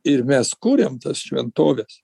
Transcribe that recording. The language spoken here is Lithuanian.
ir mes kuriam tas šventoves